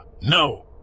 no